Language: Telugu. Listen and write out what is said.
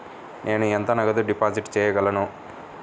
నేను ఎంత నగదు డిపాజిట్ చేయగలను?